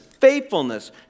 faithfulness